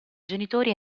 genitori